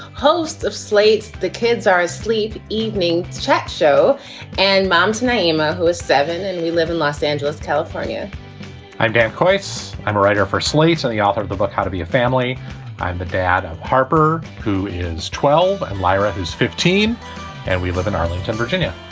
host of slate. the kids are asleep. evening chat show and mom's name. ah who is seven. and we live in los angeles, california i'm dan course. i'm a writer for slate and the author of the book how to be a family. i'm the dad of harper, who is twelve, and lyra, who's fifteen and we live in arlington, virginia.